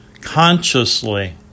consciously